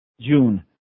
June